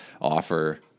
offer